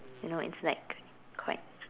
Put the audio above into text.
you know it's like quite